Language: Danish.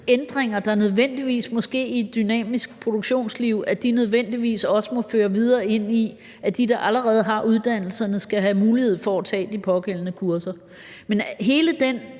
uddannelsesændringer, måske i et dynamisk produktionsliv, nødvendigvis også må føre videre ind i, at de, der allerede har uddannelserne, skal have mulighed for at tage de pågældende kurser. Men hele den